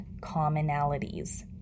commonalities